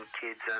kids